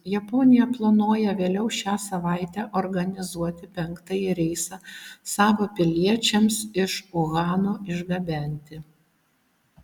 japonija planuoja vėliau šią savaitę organizuoti penktąjį reisą savo piliečiams iš uhano išgabenti